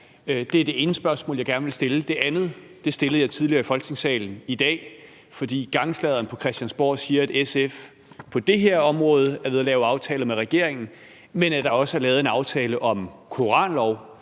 Det er det ene spørgsmål, jeg gerne vil stille. Det andet stillede jeg tidligere i Folketingssalen i dag, fordi gangsladderen på Christiansborg siger, at SF på det her område er ved at lave en aftale med regeringen, men at der også er lavet en aftale om koranloven,